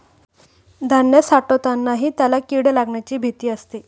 धान्य साठवतानाही त्याला किडे लागण्याची भीती असते